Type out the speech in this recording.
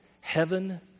Heaven